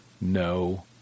No